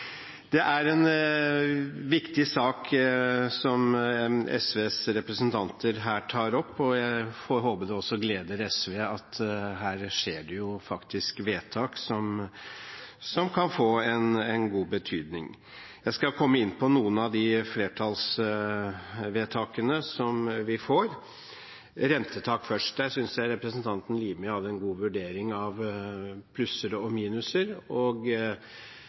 Det er en viktig sak SVs representanter her tar opp, og jeg får håpe det også gleder SV at dette faktisk blir vedtak som kan få en god betydning. Jeg skal komme inn på noen av de flertallsvedtakene vi får. Først til rentetak: Jeg synes representanten Limi her hadde en god vurdering av plusser og minuser.